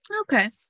Okay